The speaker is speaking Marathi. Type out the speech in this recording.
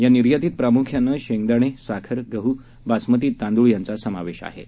या निर्यातीत प्रमुख्यानं शेंगदाणे साखर गहू बासमती तांदूळ यांचा समावेश आहे